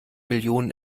millionen